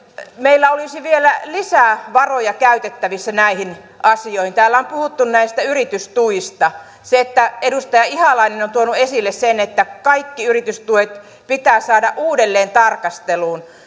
meillä olisi vielä lisää varoja käytettävissä näihin asioihin täällä on puhuttu näistä yritystuista ja edustaja ihalainen on tuonut esille sen että kaikki yritystuet pitää saada uudelleen tarkasteluun